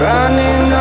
Running